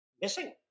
missing